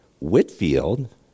Whitfield